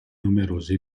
numerosi